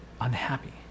unhappy